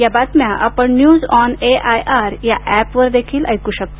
या बातम्या आपण न्यूज ऑन एआयआर या एपवर देखील ऐकू शकता